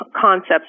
concepts